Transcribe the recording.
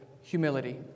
Humility